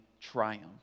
triumph